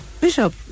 Bishop